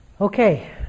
Okay